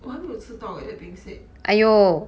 我还没有吃到 eh that being said